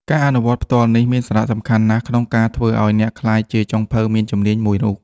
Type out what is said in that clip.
ការអនុវត្តផ្ទាល់នេះមានសារៈសំខាន់ណាស់ក្នុងការធ្វើឱ្យអ្នកក្លាយជាចុងភៅមានជំនាញមួយរូប។